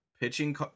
pitching